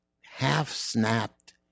half-snapped